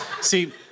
See